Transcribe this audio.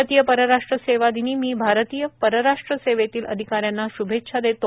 भारतीय परराष्ट्र सेवा दिनी मी भारतीय परराष्ट्र सेवेतील अधिकाऱ्यांना श्भेच्छा देतो